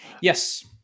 Yes